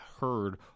heard